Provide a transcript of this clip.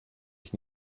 ich